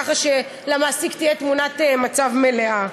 כך שלמעסיק תהיה תמונת מצב מלאה.